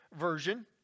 Version